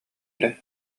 эрэ